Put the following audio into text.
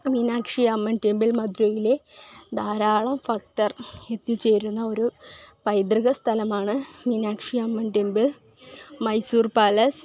Meenakshiamman temple മദുരയിലെ ധാരാളം ഭക്തർ എത്തിച്ചേരുന്ന ഒരു പൈതൃക സ്ഥലമാണ് മീനക്ഷിയമ്മൻ ടെമ്പിൾ മൈസൂർ പാലസ്